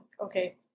Okay